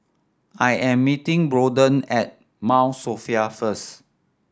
I am meeting Braedon at Mount Sophia first